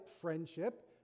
friendship